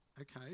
Okay